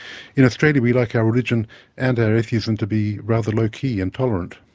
in australia we like our religion and our atheism to be rather low-key and tolerant.